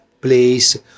place